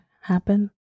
happen